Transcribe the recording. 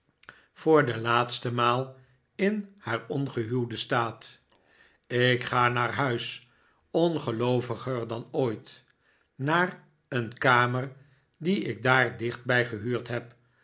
voor de laatste maal in haar ongehuwden staat ik ga naar huis ongelooviger dan ooit naar een kamer die ik daar dichtbij gehuurd heb